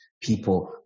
people